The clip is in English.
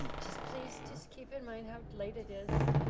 just please, just keep in mind how late it is.